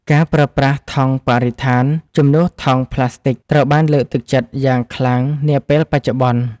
ការប្រើប្រាស់ថង់បរិស្ថានជំនួសថង់ផ្លាស្ទិកត្រូវបានលើកទឹកចិត្តយ៉ាងខ្លាំងនាពេលបច្ចុប្បន្ន។